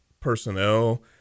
personnel